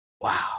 wow